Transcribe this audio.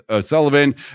Sullivan